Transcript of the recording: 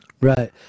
Right